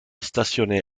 stationné